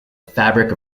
fabric